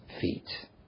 feet